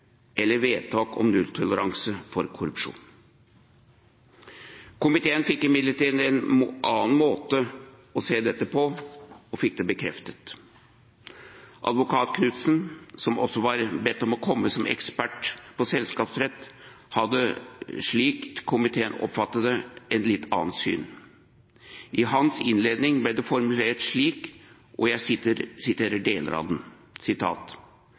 eller vedtak om nulltoleranse for korrupsjon. Komiteen fikk imidlertid bekreftet at det var en annen måte å se dette på. Advokat Knudsen, som også var bedt om å komme som ekspert på selskapsrett, hadde slik komiteen oppfattet det, et litt annet syn. I hans innledning ble det formulert slik, og jeg siterer deler av